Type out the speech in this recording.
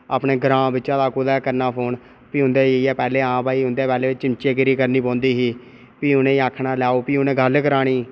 अपने ग्रांऽ बिचा दा कुदै करना फोन भी उंदै जेइयै पैह्ले उंदे पैह्ले चिमचेगिरी करनी पौंदी ही भी उ'नेंई आखना लैओ भी उ'नें गल्ल करानी